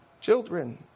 children